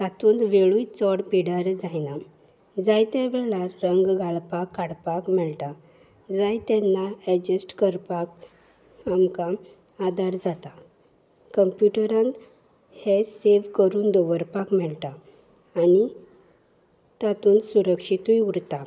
तातूंत वेळूय चड पिड्ड्यार जायना जायते वेळार रंग घालपाक काडपाक मेळटा जाय तेन्ना एडजस्ट करपाक आमकां आदार जाता कंप्युटरान हें सेव करून दवरपाक मेळटा आनी तातूंत सुरक्षितूय उरता